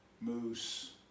Moose